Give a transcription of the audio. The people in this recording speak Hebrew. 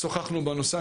שוחחנו בנושא.